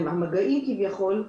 המגעים כביכול,